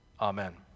Amen